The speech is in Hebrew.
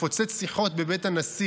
לפוצץ שיחות בבית הנשיא,